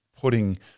putting